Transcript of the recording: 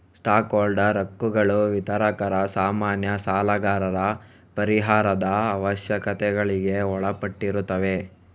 stock holder ಹಕ್ಕುಗಳು ವಿತರಕರ, ಸಾಮಾನ್ಯ ಸಾಲಗಾರರ ಪರಿಹಾರದ ಅವಶ್ಯಕತೆಗಳಿಗೆ ಒಳಪಟ್ಟಿರುತ್ತವೆ